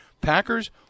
Packers